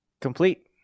Complete